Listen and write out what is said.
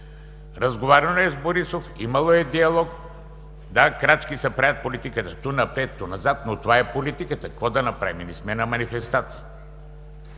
Разговаряно е с Борисов, имало е диалог. Да, крачки се правят в политиката – ту напред, ту назад, но това е политиката, какво да направим, не сме на манифестация.